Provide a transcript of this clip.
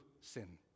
sin